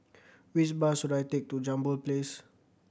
which bus should I take to Jambol Place